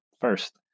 first